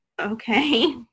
Okay